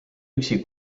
üksi